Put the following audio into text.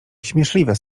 śmieszliwe